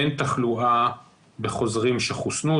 אין תחלואה בחוזרים שחוסנו.